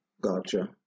Gotcha